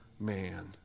man